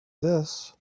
this